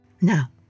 Now